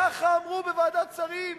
ככה אמרו בוועדת שרים.